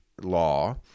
law